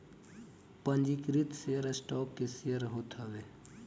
पंजीकृत share stock के share होत हवे